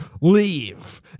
Leave